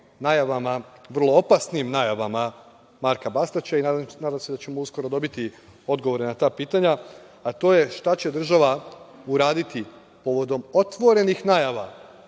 najavama, vrlo opasnim najavama Marka Bastaća i nadam se da ćemo uskoro dobiti odgovore na ta pitanja, a to je šta će država uraditi povodom otvorenih najava